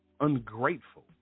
ungrateful